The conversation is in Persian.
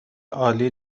عالی